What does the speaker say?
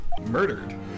Murdered